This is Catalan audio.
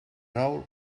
nou